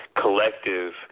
collective